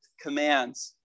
commands